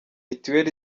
mituweri